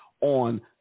on